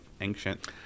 ancient